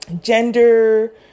gender